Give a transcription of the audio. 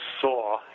saw